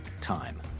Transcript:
time